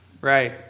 Right